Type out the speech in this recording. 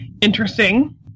interesting